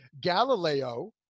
Galileo